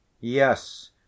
Yes